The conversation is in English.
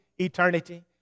eternity